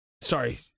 sorry